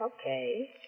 Okay